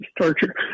torture